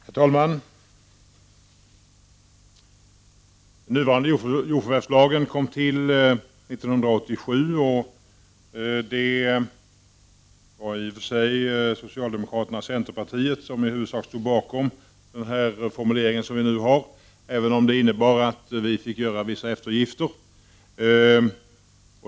Herr talman! Den nuvarande jordförvärvslagen kom till 1987. Det var socialdemokraterna och centerpartiet som i huvudsak stod bakom formuleringarna i den, även om vi fick göra vissa eftergifter.